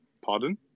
Pardon